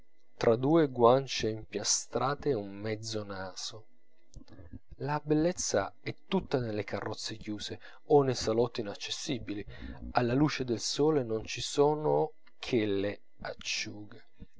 tra due guancie impiastrate un mezzo naso la bellezza è tutta nelle carrozze chiuse o nei salotti inaccessibili alla luce del sole non ci sono che le acciughe